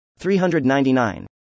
399